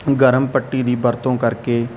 ਗਰਮ ਪੱਟੀ ਦੀ ਵਰਤੋਂ ਕਰਕੇ